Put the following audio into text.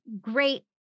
great